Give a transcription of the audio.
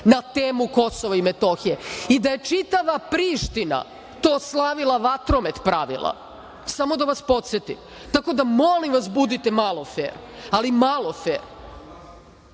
na temu Kosova i Metohije i da je čitava Priština to slavila, vatromet pravila. Samo da vas podsetim. Tako da, molim vas, budite malo fer, ali malo